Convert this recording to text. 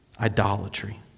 Idolatry